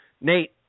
Nate